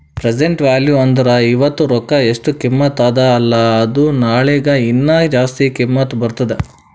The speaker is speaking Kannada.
ಪ್ರೆಸೆಂಟ್ ವ್ಯಾಲೂ ಅಂದುರ್ ಇವತ್ತ ರೊಕ್ಕಾ ಎಸ್ಟ್ ಕಿಮತ್ತ ಅದ ಅಲ್ಲಾ ಅದು ನಾಳಿಗ ಹೀನಾ ಜಾಸ್ತಿ ಕಿಮ್ಮತ್ ಬರ್ತುದ್